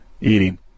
eating